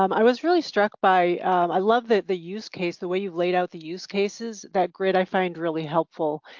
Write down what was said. um i was really struck by i love that the use case, the way you've laid out the use cases, that, craig, i find really helpful,